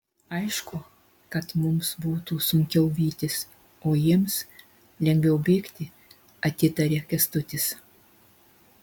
aišku kad mums būtų sunkiau vytis o jiems lengviau bėgti atitaria kęstutis